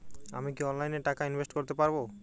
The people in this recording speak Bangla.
আমি কি অনলাইনে টাকা ইনভেস্ট করতে পারবো?